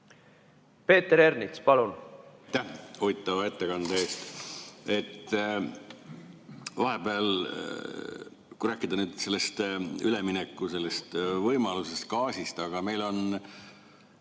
Peeter Ernits, palun!